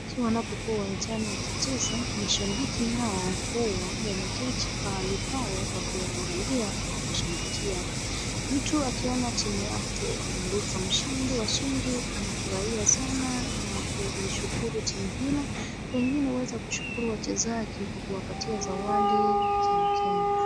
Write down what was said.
Wachezaji wanapokuwa uwanjani wakicheza, mashabiki nao huwa wameketi pahali pao wakiwaangalia na kuwashabikia. Mtu akiona timu yake imeibuka washindi anafurahia sana na kulishukuru timu hilo. Saa ingine huweza kushukuru wachezaji kwa kuwapatia zawadi kemkem.